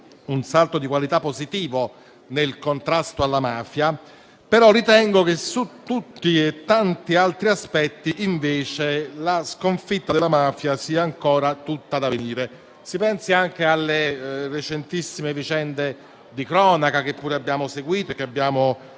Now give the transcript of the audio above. un salto di qualità positivo nel contrasto alla mafia, ritengo che su altri aspetti, invece, la sconfitta della mafia sia ancora tutta da venire. Si pensi anche alle recentissime vicende di cronaca, che abbiamo seguito e salutato con